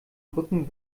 brücken